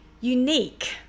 unique